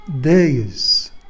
days